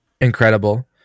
incredible